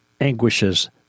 anguishes